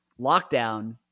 lockdown